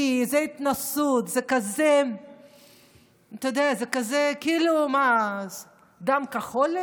זו התנשאות וזה כאילו יש למישהו דם כחול.